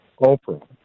Oprah